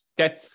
Okay